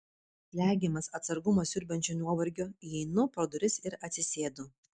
slegiamas atsargumą siurbiančio nuovargio įeinu pro duris ir atsisėdu